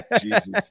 Jesus